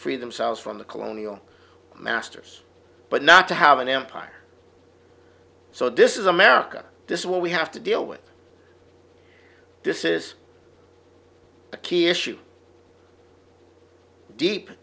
free themselves from the colonial masters but not to have an empire so this is america this is what we have to deal with this is key issue